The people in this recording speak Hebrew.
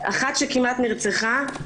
אחת שכמעט נרצחה.